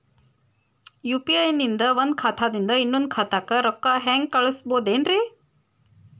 UPI ನಿಂದ ಒಂದ್ ಖಾತಾದಿಂದ ಇನ್ನೊಂದು ಖಾತಾಕ್ಕ ರೊಕ್ಕ ಹೆಂಗ್ ಕಳಸ್ಬೋದೇನ್ರಿ?